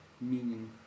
meaning